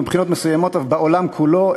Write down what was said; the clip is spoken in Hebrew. ומבחינות מסוימות אף בעולם כולו.